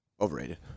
Overrated